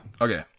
Okay